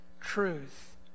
truth